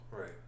Right